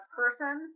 person